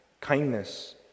kindness